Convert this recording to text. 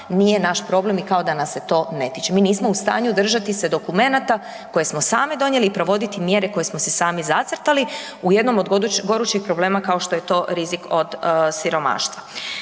nije naš problem i kao da nas se to ne tiče. Mi nismo u stanju držati se dokumenata koje smo sami donijeli i provoditi mjere koje smo si sami zacrtali u jednom od gorućih problema kao što je to rizik od siromaštva.